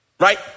Right